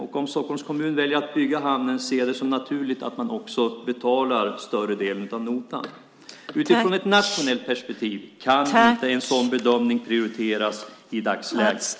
Om Stockholms kommun väljer att bygga hamnen ser jag det som naturligt att man också betalar större delen av notan. Utifrån ett nationellt perspektiv kan inte en sådan bedömning prioriteras i dagsläget.